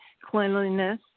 cleanliness